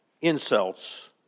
insults